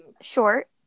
short